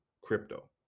crypto